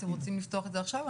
אתם רוצים לפתוח את זה עכשיו?